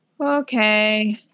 okay